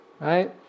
Right